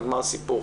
נגמר הסיפור.